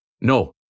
No